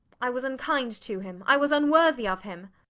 i was unkind to him. i was unworthy of him.